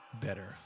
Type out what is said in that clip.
better